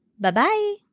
Bye-bye